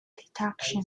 detection